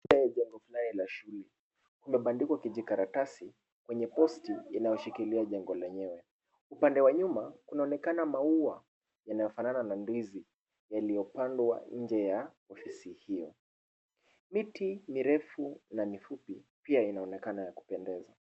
Jengo fulani la shule. Kumebandikwa kijikaratasi kwenye posti inayoshikilia jengo lenyewe. Upande wa nyuma kunaonekana maua yanayofanana na ndizi, yaliyopandwa nje ya ofisi hiyo. Miti mirefu na mifupi pia inaonekana ya kupendeza.